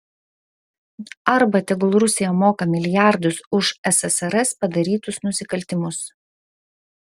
arba tegul rusija moka milijardus už ssrs padarytus nusikaltimus